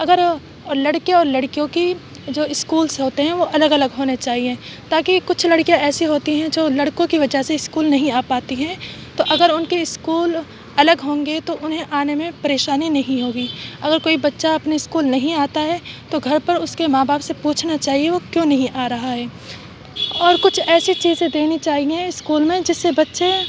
اگر لڑکے اور لڑکیوں کی جو اسکولس ہوتے ہیں وہ الگ الگ ہونے چاہیے تاکہ کچھ لڑکیاں ایسی ہوتی ہیں جو لڑکوں کی وجہ سے اسکول نہیں آ پاتی ہیں تو اگر ان کے اسکول الگ ہوں گے تو انہیں آنے میں پریشانی نہیں ہوگی اگر کوئی بچہ اپنے اسکول نہیں آتا ہے تو گھر پر اس کے ماں باپ سے پوچھنا چاہیے وہ کیوں نہیں آ رہا ہے اور کچھ ایسی چیزیں دینی چاہیے اسکول میں جس سے بچے